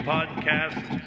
Podcast